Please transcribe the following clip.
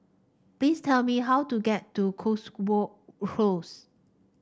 please tell me how to get to Cotswold Close